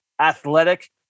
athletic